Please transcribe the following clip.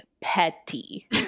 petty